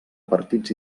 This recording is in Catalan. partits